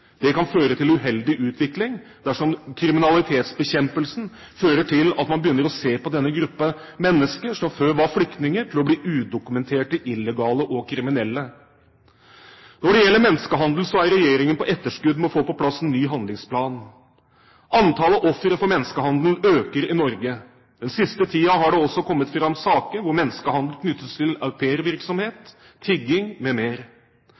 Det kan føre til uheldig utvikling dersom kriminalitetsbekjempelsen fører til at man begynner å se på denne gruppen mennesker som før var «flyktninger», som «udokumenterte, illegale og kriminelle». Når det gjelder menneskehandel, er regjeringen på etterskudd med å få på plass en ny handlingsplan. Antallet ofre for menneskehandel øker i Norge. Den siste tiden har det også kommet fram saker hvor menneskehandel knyttes til au